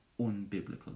unbiblical